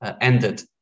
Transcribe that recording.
ended